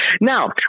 Now